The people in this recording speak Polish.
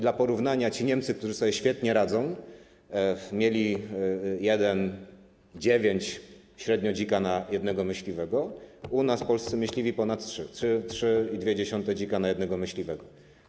Dla porównania, ci Niemcy, którzy sobie świetnie radzą, mieli 1,9 średnio dzika na jednego myśliwego, u nas w Polsce myśliwi ponad 3, 3,2 dzika na jednego myśliwego.